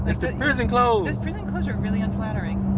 it's the prison clothes! the prison clothes are really unflattering.